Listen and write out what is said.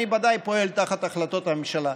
אני ודאי פועל תחת החלטות הממשלה.